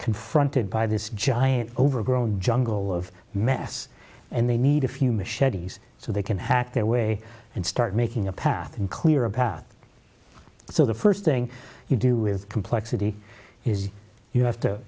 confronted by this giant overgrown jungle of mess and they need a few machetes so they can hack their way and start making a path and clear a path so the first thing you do with complexity is you have to